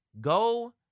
Go